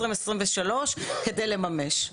כדי לממש.